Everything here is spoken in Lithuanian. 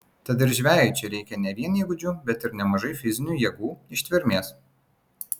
tad ir žvejui čia reikia ne vien įgūdžių bet ir nemažai fizinių jėgų ištvermės